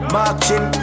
Marching